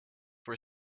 were